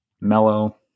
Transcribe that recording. mellow